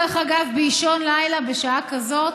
דרך אגב, באישון לילה, בשעה כזאת,